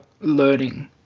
learning